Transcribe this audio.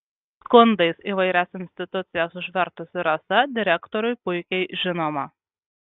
skundais įvairias institucijas užvertusi rasa direktoriui puikiai žinoma